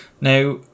Now